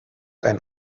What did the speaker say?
ein